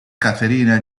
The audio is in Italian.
caterina